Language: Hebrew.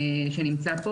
שנמצא פה.